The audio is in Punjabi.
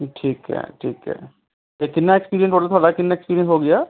ਜੀ ਠੀਕ ਹੈ ਠੀਕ ਹੈ ਅਤੇ ਕਿੰਨਾ ਐਕਸਪੀਰੀਅੰਸ ਟੋਟਲ ਤੁਹਾਡਾ ਕਿੰਨਾ ਐਕਸਪੀਰੀਅੰਸ ਹੋ ਗਿਆ